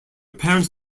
parents